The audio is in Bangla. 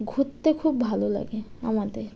ঘুরতে খুব ভালো লাগে আমাদের